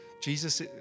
Jesus